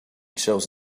chose